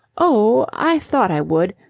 oh, i thought i would.